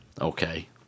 okay